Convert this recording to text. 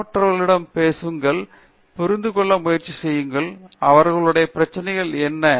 மற்றவர்களிடம் பேசுங்கள் புரிந்து கொள்ள முயற்சி செய்யுங்கள் அவர்களுடைய பிரச்சினைகள் என்ன